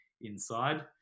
inside